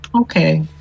Okay